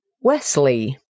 Wesley